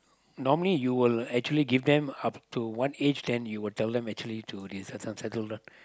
normally you will actually give them up to one age then you will tell them actually to this uh this one settle down